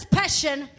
passion